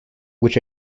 which